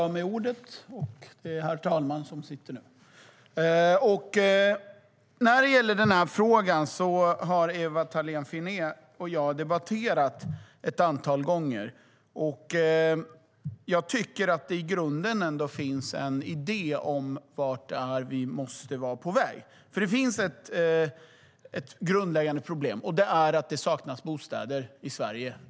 Herr talman! Ewa Thalén Finné och jag har debatterat den här frågan ett antal gånger. Jag tycker att det i grunden finns en idé om vart vi måste vara på väg. Det finns ett grundläggande problem, och det är att det saknas bostäder i Sverige.